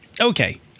Okay